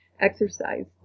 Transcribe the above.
exercise